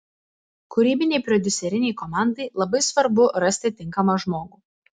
kūrybinei prodiuserinei komandai labai svarbu rasti tinkamą žmogų